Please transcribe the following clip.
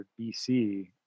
BC